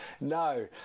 No